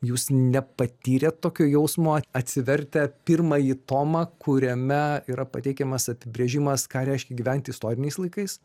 jūs nepatyrėt tokio jausmo atsivertę pirmąjį tomą kuriame yra pateikiamas apibrėžimas ką reiškia gyventi istoriniais laikais